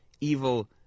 evil